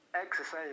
exercise